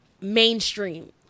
mainstream